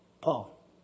Paul